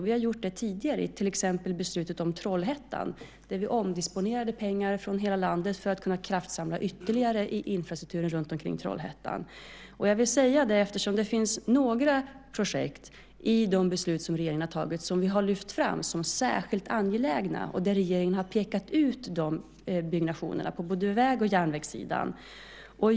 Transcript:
Vi har gjort det tidigare, till exempel i beslutet om Trollhättan där vi omdisponerade pengar från hela landet för att kunna kraftsamla ytterligare på infrastruktur runtomkring Trollhättan. Jag vill säga det därför att det finns några projekt i de beslut som regeringen har fattat som har lyfts fram som särskilt angelägna och där regeringen har pekat ut de byggnationerna på både väg och järnvägssidan.